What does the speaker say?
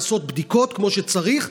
לעשות בדיקות כמו שצריך,